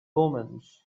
omens